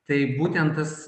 tai būtent tas